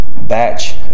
batch